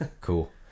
cool